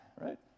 right